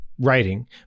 writing